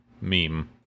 meme